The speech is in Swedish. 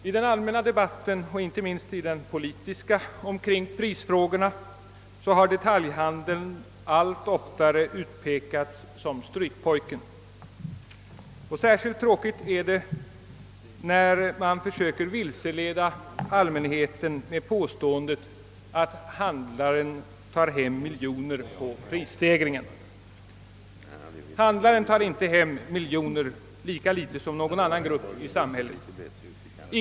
I den allmänna debatten, och inte minst i den politiska omkring prisfrågorna, har detaljhandeln allt oftare utpekats som strykpojken. Särskilt tråkigt är det när man försöker vilseleda allmänheten med påståendet, att handlaren tar hem miljoner på prisstegring. Handlaren tar inte hem miljoner, lika litet som någon annan grupp i samhället gör det.